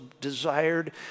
desired